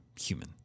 human